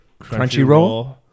Crunchyroll